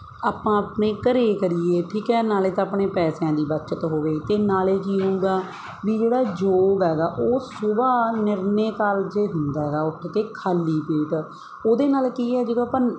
ਆਪਾਂ ਆਪਣੇ ਘਰ ਕਰੀਏ ਠੀਕ ਹੈ ਨਾਲੇ ਤਾਂ ਆਪਣੇ ਪੈਸਿਆਂ ਦੀ ਬੱਚਤ ਹੋਵੇ ਅਤੇ ਨਾਲ ਕੀ ਹੋਵੇਗਾ ਵੀ ਜਿਹੜਾ ਯੋਗ ਹੈਗਾ ਉਹ ਸੁਬਹਾ ਨਿਰਣੇ ਕਾਲਜੇ ਹੁੰਦਾ ਗਾ ਉੱਠ ਕੇ ਖਾਲੀ ਪੇਟ ਉਹਦੇ ਨਾਲ ਕੀ ਹੈ ਜਦੋਂ ਆਪਾਂ